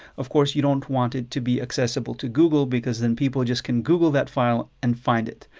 of course you don't want it to be accessible to google because then people just can google that file and find it.